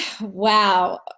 wow